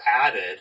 added